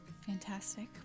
Fantastic